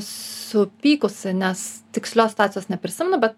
supykusi nes tikslios situacijos neprisimenu bet